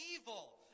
evil